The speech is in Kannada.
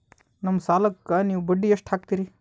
ನಮ್ಮ ಸಾಲಕ್ಕ ನೀವು ಬಡ್ಡಿ ಎಷ್ಟು ಹಾಕ್ತಿರಿ?